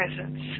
presence